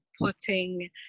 putting